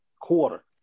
quarter